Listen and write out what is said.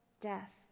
death